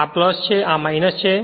આ છે અને આ છે